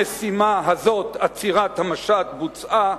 המשימה הזאת, עצירת המשט, בוצעה,